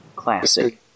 classic